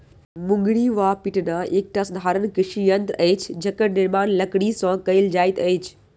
मुंगरी वा पिटना एकटा साधारण कृषि यंत्र अछि जकर निर्माण लकड़ीसँ कयल जाइत अछि